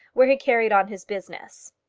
where he carried on his business.